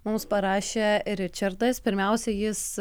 mums parašė ričardas pirmiausia jis